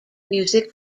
music